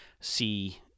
see